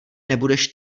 nebudeš